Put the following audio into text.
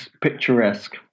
picturesque